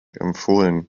empfohlen